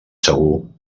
segur